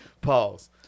pause